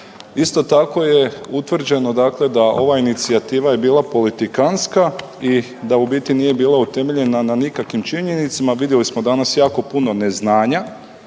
Isto tako je utvrđeno dakle da ova inicijativa je bila politikantska i da u biti nije bila utemeljena na nikakvim činjenicama. Vidjeli smo danas jako puno neznanja,